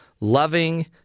loving